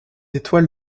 étoile